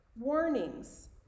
Warnings